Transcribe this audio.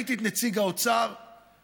וראיתי את נציג האוצר מתווכח.